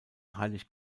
heilig